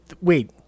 wait